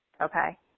okay